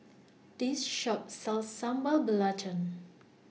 This Shop sells Sambal Belacan